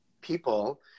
people